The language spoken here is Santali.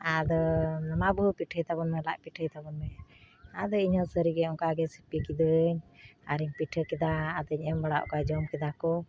ᱟᱫᱚ ᱢᱟ ᱵᱟᱹᱦᱩ ᱯᱤᱴᱷᱟᱹᱭ ᱛᱟᱵᱚᱱ ᱢᱮ ᱞᱟᱡ ᱯᱤᱴᱷᱟᱹᱭ ᱛᱟᱵᱚᱱ ᱢᱮ ᱟᱫᱚ ᱤᱧᱦᱚᱸ ᱥᱟᱹᱨᱤ ᱜᱮ ᱚᱱᱠᱟ ᱜᱮ ᱥᱤᱯᱤ ᱠᱤᱫᱟᱹᱧ ᱟᱨᱤᱧ ᱯᱤᱴᱷᱟᱹ ᱠᱮᱫᱟ ᱟᱫᱚᱧ ᱮᱢ ᱵᱟᱲᱟ ᱣᱟᱫ ᱠᱚᱣᱟ ᱡᱚᱢ ᱠᱮᱫᱟ ᱠᱚ